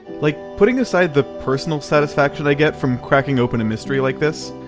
like, putting aside the personal satisfaction i get from cracking open a mystery like this,